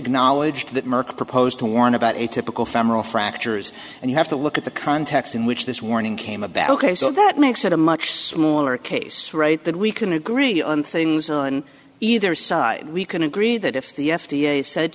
acknowledged that merck proposed to warn about a typical femoral fractures and you have to look at the context in which this warning came about ok so that makes it a much smaller case right that we can agree on things on either side we can agree that if the f d a said